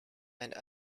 and